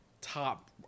top